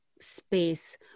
space